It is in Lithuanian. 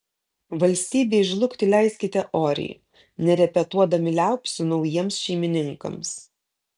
valstybei žlugti leiskite oriai nerepetuodami liaupsių naujiems šeimininkams